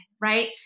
right